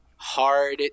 hard